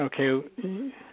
okay